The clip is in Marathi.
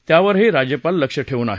त्यावरही राज्यपाल लक्ष ठेवून आहेत